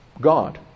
God